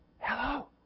Hello